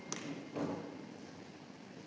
Hvala